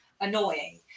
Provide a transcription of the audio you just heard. annoying